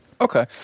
Okay